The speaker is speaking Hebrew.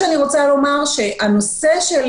הנושא של